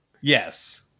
Yes